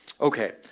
Okay